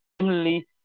Similarly